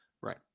right